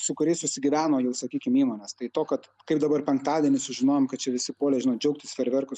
su kuriais susigyveno jau sakykim įmonės tai to kad kaip dabar penktadienį sužinojom kad čia visi puolė žinot džiaugtis fejerverkus